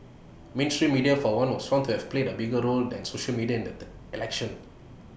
mainstream media for one was found to have played A bigger role than social media in the election